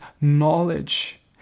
knowledge